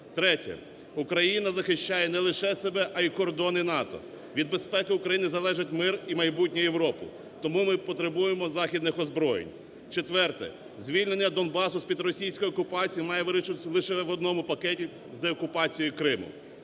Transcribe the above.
Третє. Україна захищає не лише себе, а й кордони НАТО, від безпеки України залежить мир і майбутнє Європи, тому ми потребуємо західних озброєнь. Четверте. Звільнення Донбасу з-під російської окупації має вирішитися лише в одному пакеті з де окупацією Криму.